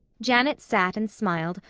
janet sat and smiled,